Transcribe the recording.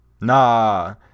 Nah